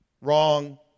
Wrong